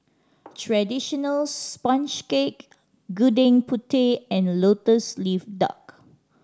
traditional sponge cake Gudeg Putih and Lotus Leaf Duck